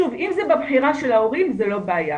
שוב, אם זה מבחירה של ההורים, זאת לא בעיה.